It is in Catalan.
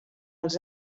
els